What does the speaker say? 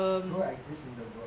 ghost exist in the world